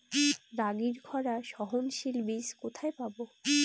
রাগির খরা সহনশীল বীজ কোথায় পাবো?